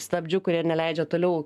stabdžiu kurie neleidžia toliau